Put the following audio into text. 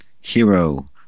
Hero